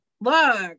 Look